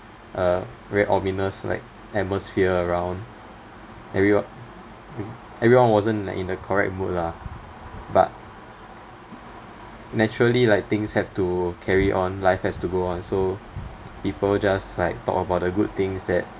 uh very ominous like atmosphere around everyone everyone wasn't like in the correct mood lah but naturally like things have to carry on life has to go on so people just like talked about the good things that